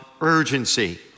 urgency